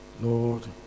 Lord